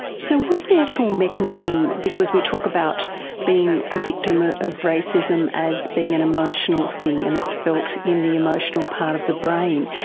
so what's the actual mechanism? because we talk about being a victim ah of racism as being an emotional thing and it's felt in the emotional part of the brain.